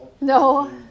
No